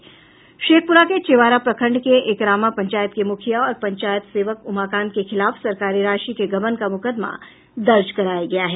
शेखप्रा के चेवारा प्रखंड के एकरामा पंचायत के मुखिया और पंचायत सेवक उमाकांत के खिलाफ सरकारी राशि के गबन का मुकदमा दर्ज कराया गया है